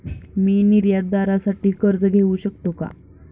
मी निर्यातदारासाठी कर्ज घेऊ शकतो का?